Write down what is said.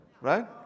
right